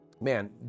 man